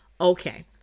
Okay